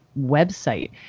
website